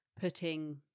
putting